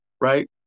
right